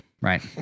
Right